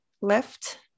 left